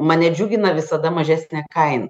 mane džiugina visada mažesnė kain